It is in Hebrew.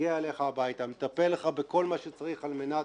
מגיע אליך הביתה, מטפל לך בכל מה שצריך על מנת